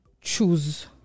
choose